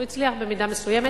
הוא הצליח במידה מסוימת,